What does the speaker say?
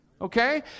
Okay